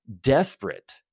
desperate